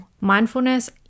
mindfulness